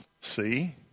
See